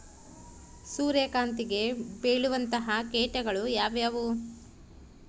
ಸೂರ್ಯಕಾಂತಿಗೆ ಬೇಳುವಂತಹ ಕೇಟಗಳು ಯಾವ್ಯಾವು?